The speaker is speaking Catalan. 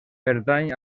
pertany